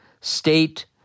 state